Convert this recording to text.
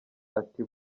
ati